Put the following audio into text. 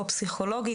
או פסיכולוגית,